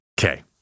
Okay